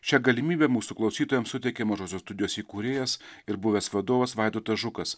šią galimybę mūsų klausytojams suteikė mažosios studijos įkūrėjas ir buvęs vadovas vaidotas žukas